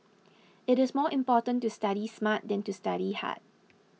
it is more important to study smart than to study hard